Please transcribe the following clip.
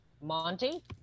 Monty